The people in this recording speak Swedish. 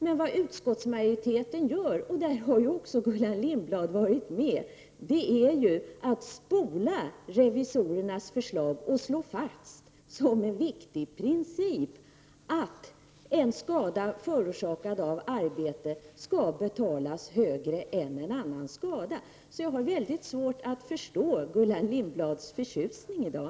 Men vad utskottsmajoriteten gör — där Gullan Lindblad också har varit med — är att spola revisorernas förslag och slå fast som en viktig princip att en skada förorsakad av arbete skall betalas högre än en annan skada. Jag har mycket svårt att förstå Gullan Lindblads förtjusning i dag.